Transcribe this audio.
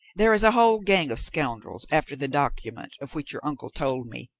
there is a whole gang of scoundrels after the document of which your uncle told me,